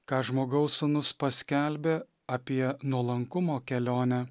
ką žmogaus sūnus paskelbė apie nuolankumo kelionę